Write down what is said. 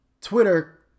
Twitter